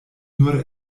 nur